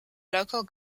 local